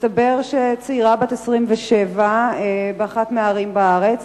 מסתבר שצעירה בת 27 באחת מהערים בארץ